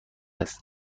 هست